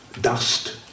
dust